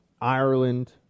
Ireland